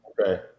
Okay